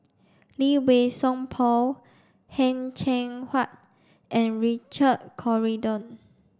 Lee Wei Song Paul Heng Cheng Hwa and Richard Corridon